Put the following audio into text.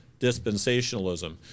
dispensationalism